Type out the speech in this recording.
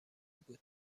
بود